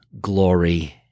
glory